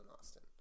austin